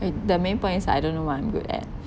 wait the main point is I don't know what I'm good at